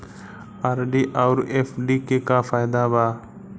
RD आउर FD के का फायदा बा?